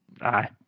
Aye